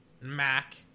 Mac